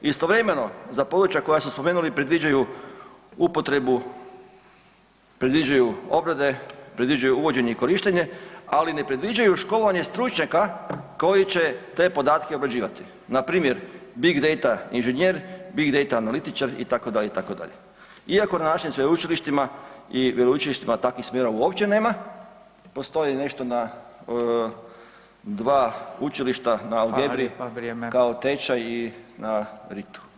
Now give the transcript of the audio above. Istovremeno za područja koja su spomenuli predviđaju upotrebu, predviđaju obrade, predviđaju uvođenje i korištenje, ali ne predviđaju školovanje stručnjaka koji će te podatke obrađivati npr. big data inženjer, big data analitičar itd., itd., iako na našim sveučilištima i veleučilištima takvih smjerova uopće nema, postoji nešto na dva učilišta na Algebri kao tečaj i na RIT-u.